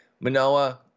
Manoa